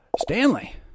Stanley